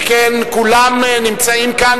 שכן כולם נמצאים כאן,